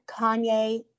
Kanye